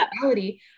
reality